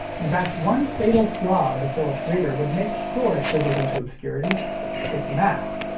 in fact, one fatal flaw of the philips reader would make sure it fizzled into obscurity its mass.